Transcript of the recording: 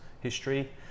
History